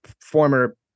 former